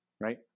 right